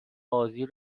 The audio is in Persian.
بازی